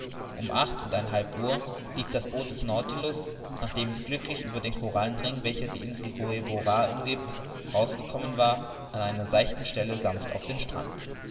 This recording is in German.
um acht und ein halb uhr lief das boot des nautilus nachdem es glücklich über den korallenring welcher die insel gueboroar umgiebt hinausgekommen war an einer seichten stelle sanft auf den strand